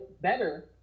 better